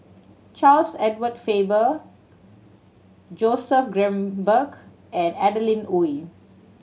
Charles Edward Faber Joseph Grimberg and Adeline Ooi